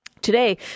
Today